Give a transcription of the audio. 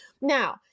Now